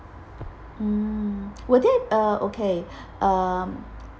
mm would that uh okay um